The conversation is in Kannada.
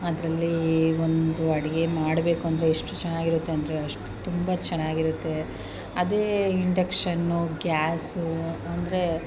ಅದರಲ್ಲಿ ಒಂದು ಅಡುಗೆ ಮಾಡ್ಬೇಕೆಂದ್ರೆ ಎಷ್ಟು ಚೆನ್ನಾಗಿರುತ್ತೆ ಅಂದರೆ ಅಷ್ಟು ತುಂಬ ಚೆನ್ನಾಗಿರುತ್ತೆ ಅದೇ ಇಂಡಕ್ಷನ್ನು ಗ್ಯಾಸು ಅಂದರೆ